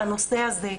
בנושא הזה,